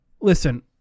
Listen